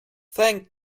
thank